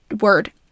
word